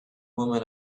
woman